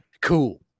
Cool